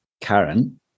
Karen